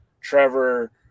Trevor